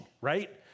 right